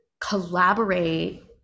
collaborate